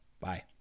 Bye